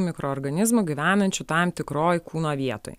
mikroorganizmų gyvenančių tam tikroj kūno vietoj